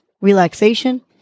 relaxation